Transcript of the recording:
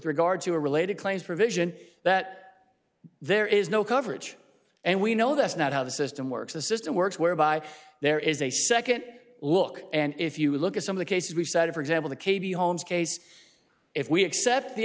regard to a related claims provision that there is no coverage and we know that's not how the system works the system works whereby there is a second look and if you look at some of the cases we cited for example the k v holmes case if we accept the